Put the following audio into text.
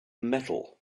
metal